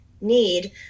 need